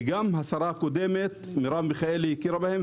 וגם השרה הקודמת הכירה בהם.